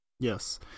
Yes